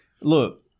look